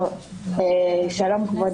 שלום, כבוד